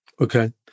okay